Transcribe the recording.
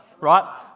right